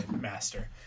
master